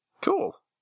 Cool